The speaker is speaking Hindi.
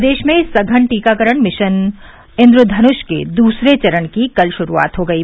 प्रदेश में सघन टीकाकरण अमियान मिशन इंद्रघनुष के दूसरे चरण की कल शुरूआत हो गयी